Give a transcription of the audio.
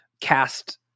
cast